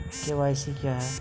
KYC क्या है?